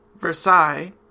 Versailles